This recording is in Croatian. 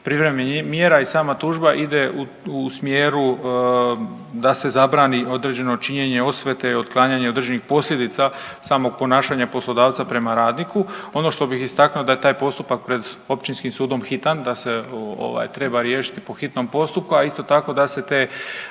privremena mjera i sama tužba ide u smjeru da se zabrani određeno činjenje osvete i otklanjanje određenih posljedica samog ponašanja poslodavca prema radniku. Ono što bih istaknuo da je taj postupak pred Općinskim sudom hitan, da se treba riješiti po hitnom postupku, a isto tako da se